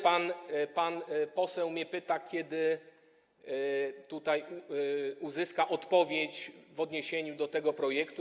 Pan poseł mnie pytał, kiedy tutaj uzyska odpowiedź w odniesieniu do tego projektu.